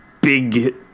big